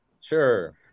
sure